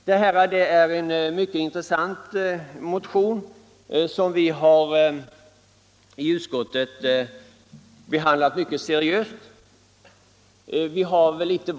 Det är en mycket intressant motion, som vi har behandlat mycket seriöst i utskottet.